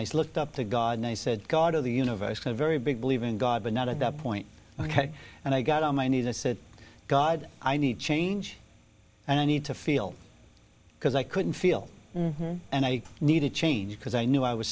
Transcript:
i looked up to god and i said god of the universe a very big believe in god but not at that point ok and i got on my knees and said god i need change and i need to feel because i couldn't feel and i needed change because i knew i was